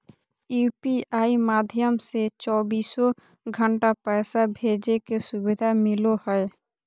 UPI माध्यम से चौबीसो घण्टा पैसा भेजे के सुविधा मिलो हय